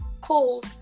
cold